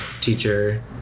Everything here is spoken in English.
teacher